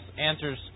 answers